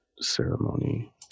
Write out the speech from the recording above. ceremony